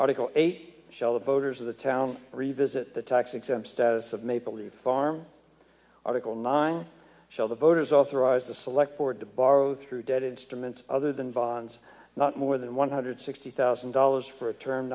article eight shelob voters of the town revisit the tax exempt status of maple leaf farm article nine shell the voters authorized the select board to borrow through debt instruments other than bonds not more than one hundred sixty thousand dollars for a term